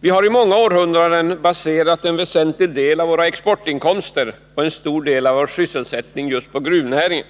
Vi har i många århundraden baserat en väsentlig del av våra exportinkomster och en stor del av vår sysselsättning just på gruvnäringen.